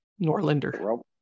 Norlander